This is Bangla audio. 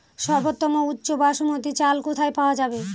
সর্বোওম উচ্চ বাসমতী চাল কোথায় পওয়া যাবে?